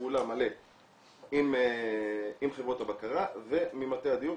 פעולה מלא עם חברות הבקרה וממטה הדיור,